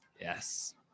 Yes